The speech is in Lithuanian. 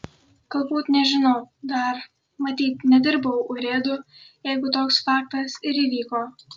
galbūt nežinau dar matyt nedirbau urėdu jeigu toks faktas ir įvyko